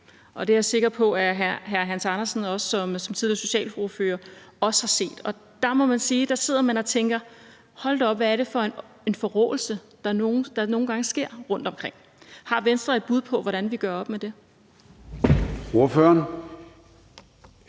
Det er jeg sikker på at hr. Hans Andersen også som tidligere socialordfører har set. Der må man sige, at man sidder og tænker: Hold da op, hvad er det for en forråelse, der er nogle gange sker rundtomkring? Har Venstre et bud på, hvordan vi gør op med det? Kl.